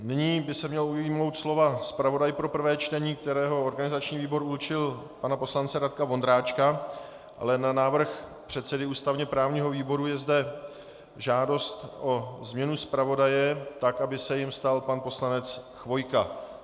Nyní by se měl ujmout slova zpravodaj pro prvé čtení, kterým organizační výbor určil pana poslance Radka Vondráčka, ale na návrh předsedy ústavněprávního výboru je zde žádost o změnu zpravodaje, tak aby se jím stal pan poslanec Chvojka.